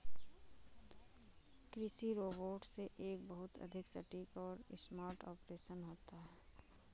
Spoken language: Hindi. कृषि रोबोट से एक बहुत अधिक सटीक और स्मार्ट ऑपरेशन होता है